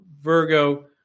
Virgo